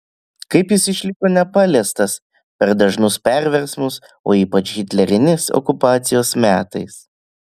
kaip jis išliko nepaliestas per dažnus perversmus o ypač hitlerinės okupacijos metais